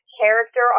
character